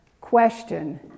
question